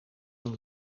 een